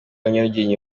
nyarugenge